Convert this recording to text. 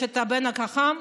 יש את הבן החכם.